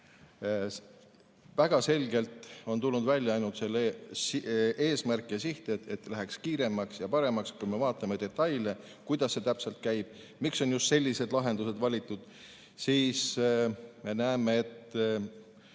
Väga selgelt on tulnud välja ainult see eesmärk ja siht, et läheks kiiremaks ja paremaks. Kui me vaatame detaile, kuidas see täpselt käib, miks on just sellised lahendused valitud, siis me näeme, et